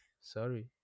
Sorry